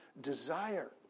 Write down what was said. desire